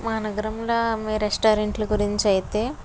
మా నగరంల మీ రెస్టారెంట్ల గురించి అయితే